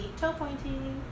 Toe-pointing